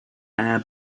air